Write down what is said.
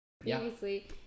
previously